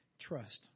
Trust